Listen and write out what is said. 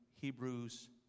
Hebrews